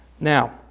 Now